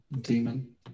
Demon